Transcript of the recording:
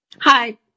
Hi